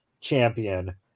champion